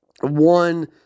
one